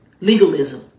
Legalism